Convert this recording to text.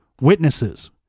witnesses